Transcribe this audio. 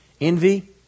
Envy